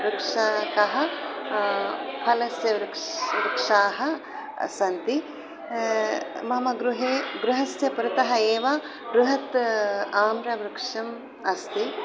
वृक्षतः फलस्य वृक्ष् वृक्षाः सन्ति मम गृहे गृहस्य पुरतः एव बृहत् आम्रवृक्षः अस्ति